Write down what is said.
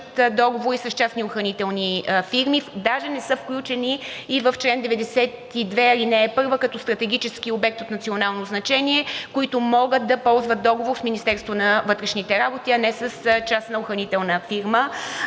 договори с частни охранителни фирми. Даже не са включени и в чл. 92, ал. 1 като стратегически обект от национално значение, които могат да ползват договор с Министерството на вътрешните работи, а не с частна охранителна фирма.